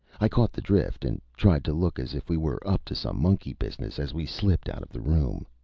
i caught the drift, and tried to look as if we were up to some monkey business as we slipped out of the room.